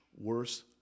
worse